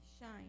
shine